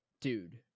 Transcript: Dude